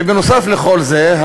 ונוסף על כל זה,